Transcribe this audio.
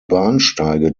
bahnsteige